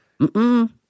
Mm-mm